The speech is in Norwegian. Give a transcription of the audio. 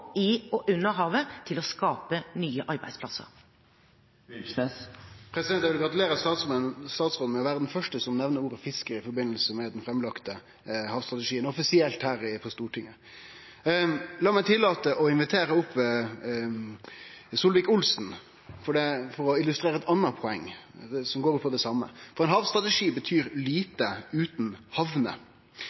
i og under havet, til å skape nye arbeidsplasser. Eg vil gratulere statsråden med å vere den første som nemner ordet «fisker» i forbindelse med den framlagde havstrategien offisielt her på Stortinget. La meg tillate meg å invitere opp Solvik-Olsen for å illustrere eit anna poeng som går på det same, for havstrategi betyr lite utan hamner.